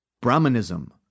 Brahmanism